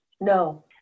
No